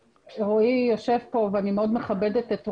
רואי יושב פה ואני מאוד מכבדת את רואי,